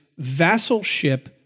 vassalship